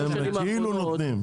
האוצר כאילו נותן.